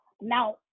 Now